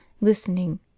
listening